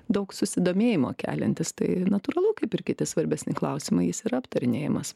daug susidomėjimo keliantis tai natūralu kaip ir kiti svarbesni klausimai jis yra aptarinėjamas